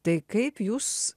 tai kaip jūs